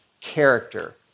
character